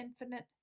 infinite